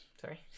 Sorry